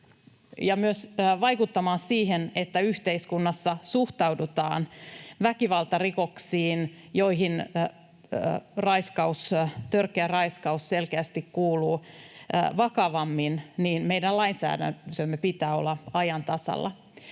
myös vaikuttamaan siihen, että yhteiskunnassa suhtaudutaan vakavammin väkivaltarikoksiin — joihin raiskaus, törkeä raiskaus, selkeästi kuuluvat — niin meidän lainsäädäntömme pitää olla ajan tasalla.